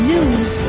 News